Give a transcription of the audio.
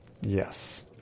Yes